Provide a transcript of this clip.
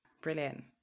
Brilliant